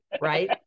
right